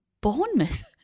Bournemouth